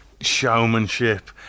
showmanship